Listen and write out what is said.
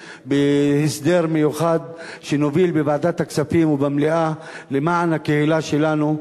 בהסדר מיוחד שנוביל בוועדת הכספים ובמליאה למען הקהילה שלנו.